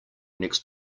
next